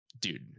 Dude